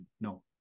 No